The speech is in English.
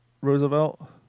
Roosevelt